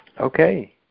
Okay